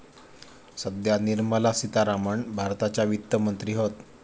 सध्या निर्मला सीतारामण भारताच्या वित्त मंत्री हत